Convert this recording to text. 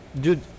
dude